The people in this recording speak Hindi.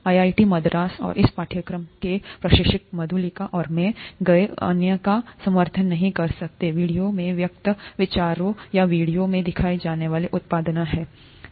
आईआईटी मद्रास और इस पाठ्यक्रम के प्रशिक्षक मधुलिका और मैंगए अन्यका समर्थन नहीं कर सकते वीडियो में व्यक्त किएविचारों या वीडियो में दिखाए जाने वाले उत्पादोंहैं